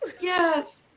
yes